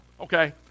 Okay